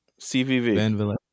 CVV